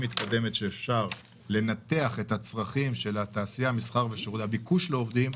מתקדמת שאפשר לנתח את הצרכים של הביקוש לעובדים,